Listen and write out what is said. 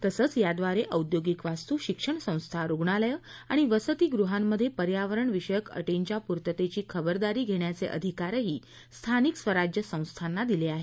तसंच याद्वारे औद्योगिक वास्तू शिक्षणसंस्था रुग्णालयं आणि वसतिगृहांमधे पर्यावरणविषयक अटींच्या पूर्ततेची खबरदारी घेण्याचे अधिकारही स्थानिक स्वराज्य संस्थांना दिले आहेत